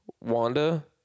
Wanda